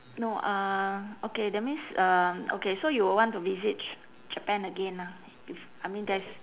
no uh okay that means uh okay so you will want to visit ch~ japan again ah if I mean that's